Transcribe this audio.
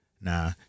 Now